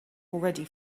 already